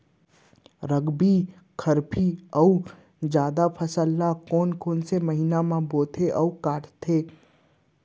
रबि, खरीफ अऊ जादा फसल ल कोन कोन से महीना म बोथे अऊ काटते?